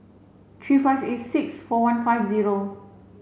three five eight six four one five zero